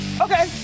Okay